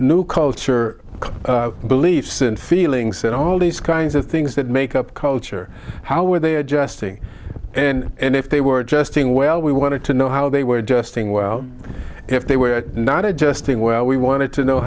new culture beliefs and feelings and all these kinds of things that make up culture how were they adjusting and if they were adjusting well we wanted to know how they were just doing well if they were not adjusting well we wanted to know